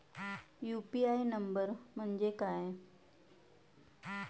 UPI number म्हणजे काय?